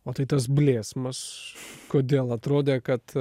o tai tas blėsmas kodėl atrodė kad